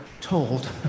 told